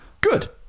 Good